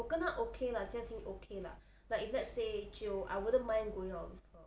我跟她 okay lah 这样近 okay lah like if let say 就 I wouldn't mind going out with her